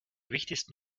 wichtigsten